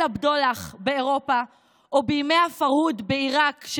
הבדולח באירופה או בימי הפרהוד בעיראק,